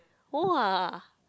!wah!